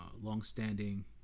Longstanding